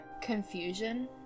Confusion